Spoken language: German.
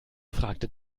fragte